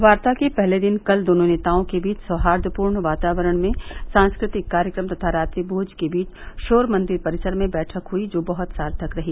वार्ता के पहले दिन कल दोनों नेताओं के बीच सौहार्दपूर्ण वातावरण में सांस्कृतिक कार्यक्रम तथा रात्रिभोज के बीच शोर मंदिर परिसर में बैठक हुई जो बहुत सार्थक रही